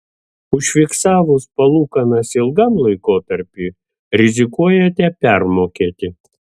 užfiksavus palūkanas ilgam laikotarpiui rizikuojate permokėti